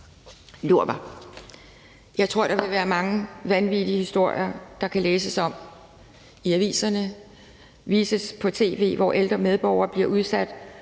Lur mig: Jeg tror, at der vil være mange vanvittige historier, som kan læses om i aviserne og vises på tv, om, at ældre medborgere bliver udsat